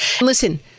Listen